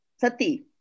sati